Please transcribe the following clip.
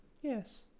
Yes